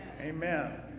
Amen